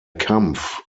kampf